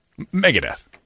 Megadeth